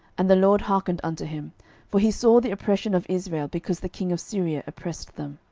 and the lord hearkened unto him for he saw the oppression of israel, because the king of syria oppressed them.